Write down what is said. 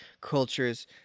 culture's